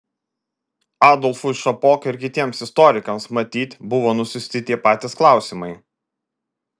adolfui šapokai ir kitiems istorikams matyt buvo nusiųsti tie patys klausimai